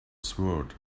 sword